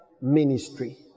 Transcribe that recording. ministry